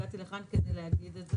הגעתי לכאן כדי להגיד את זה.